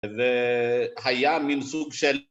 זה היה מן סוג של...